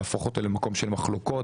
להפוך אותו למקום של מחלוקות,